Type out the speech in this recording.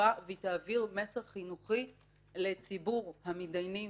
חשובה והיא תעביר מסר חינוכי לציבור המידיינים